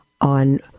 on